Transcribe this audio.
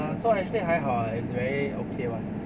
uh so actually 还好 eh it's very okay [one]